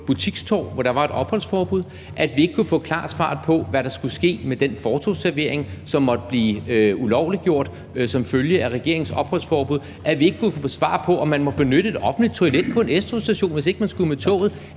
butikstorv, hvor der var et opholdsforbud, at vi ikke kunne få klart svar på, hvad der skulle ske med den fortovsservering, som måtte blive ulovliggjort som følge af regeringens opholdsforbud, og at vi ikke kunne få svar på, om man måtte benytte et offentligt toilet på en S-togsstation, hvis ikke man skulle med toget?